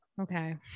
okay